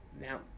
now